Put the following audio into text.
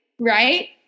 right